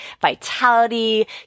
vitality